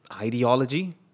Ideology